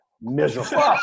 miserable